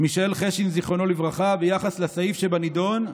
מישאל חשין ז"ל ביחס לסעיף שבנדון,